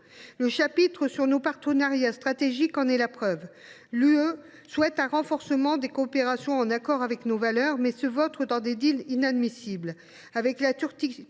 Le chapitre sur nos partenariats stratégiques en est la preuve. L’Union européenne souhaite un renforcement des coopérations en accord avec nos valeurs, mais se vautre dans des inadmissibles